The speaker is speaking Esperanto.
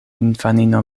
infanino